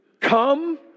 come